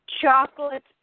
chocolate